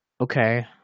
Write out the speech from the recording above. okay